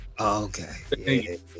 Okay